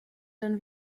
dann